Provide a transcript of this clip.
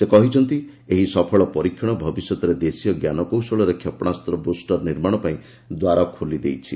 ସେ କହିଛନ୍ତି ଏହି ସଫଳ ପରୀକ୍ଷଣ ଭବିଷ୍ୟତରେ ଦେଶୀୟ ଜ୍ଞାନକୌଶଳରେ କ୍ଷେପଣାସ୍ତ୍ର ବୁଷ୍ଟର ନିର୍ମାଣ ପାଇଁ ଦ୍ୱାର ଖୋଲି ଦେଇଛି